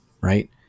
right